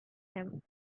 him